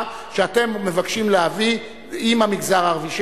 שאתם מבקשים להביא עם המגזר הערבי?